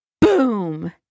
boom